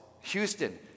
Houston